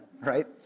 right